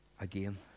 Again